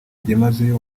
byimazeyo